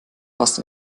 fast